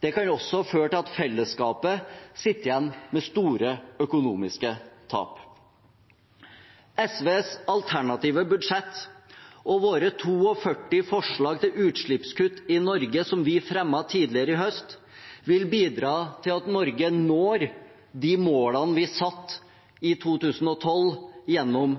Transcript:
Det kan også føre til at fellesskapet sitter igjen med store økonomiske tap. SVs alternative budsjett og våre 42 forslag til utslippskutt i Norge som vi fremmet tidligere i høst, vil bidra til at Norge når de målene vi satte i 2012 gjennom